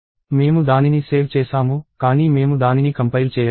మేము దానిని సేవ్ చేసాము కానీ మేము దానిని కంపైల్ చేయలేదు